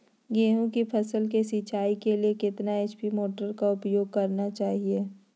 गेंहू की फसल के सिंचाई के लिए कितने एच.पी मोटर का उपयोग करना चाहिए?